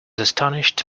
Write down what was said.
astonished